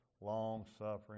long-suffering